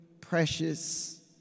precious